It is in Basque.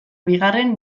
bigarren